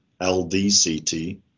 LDCT